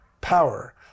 power